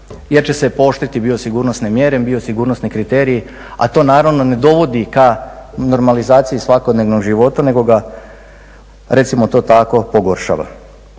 jer će se pooštriti bio sigurnosne mjere, bio sigurnosni kriteriji a to naravno ne dovodi ka normalizaciji svakodnevnog života nego ga recimo to tako pogoršava.